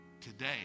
today